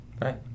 Right